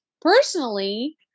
personally